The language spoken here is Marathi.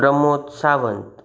प्रमोद सावंत